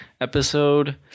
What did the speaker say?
episode